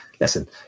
listen